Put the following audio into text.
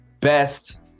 best